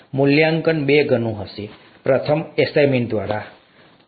મૂલ્યાંકન બે ગણું હશે પ્રથમ અસાઇનમેન્ટ દ્વારા છે